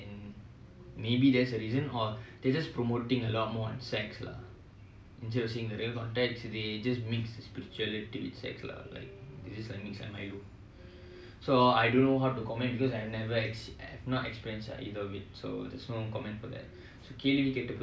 so uh you know for myself I would say its um there's um two மனிதர்கள்:manidhargal two two um மனிதர்கள்:manidhargal